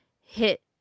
hit